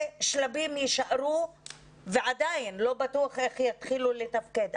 'שלבים' יישארו ועדיין לא בטוח איך יתחילו לתפקד,